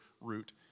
route